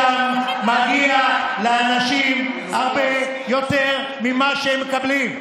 שם מגיע לאנשים הרבה יותר ממה שהם מקבלים.